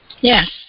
Yes